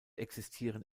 existieren